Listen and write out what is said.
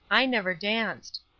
i never danced.